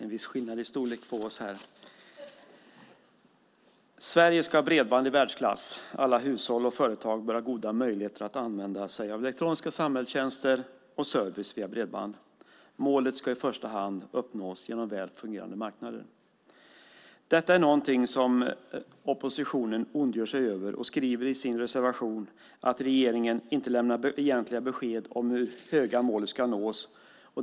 Herr talman! Sverige ska ha bredband i världsklass, och alla hushåll och företag bör ha goda möjligheter att använda sig av elektroniska samhällstjänster och service via bredband. Målet ska i första hand uppnås genom väl fungerande marknader. Detta är något som oppositionen ondgör sig över, och man skriver i sin reservation att regeringen inte lämnar egentliga besked om hur det höga målet ska nås.